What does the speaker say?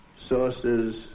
sources